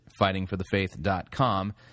FightingForTheFaith.com